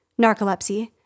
narcolepsy